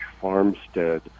farmstead